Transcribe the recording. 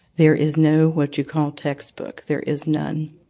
there is no, what you call, textbook. there is none.